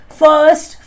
first